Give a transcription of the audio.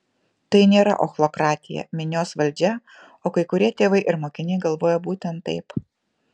tai nėra ochlokratija minios valdžia o kai kurie tėvai ir mokiniai galvoja būtent taip